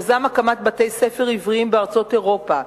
יזם הקמת בתי-ספר עבריים בארצות אירופה,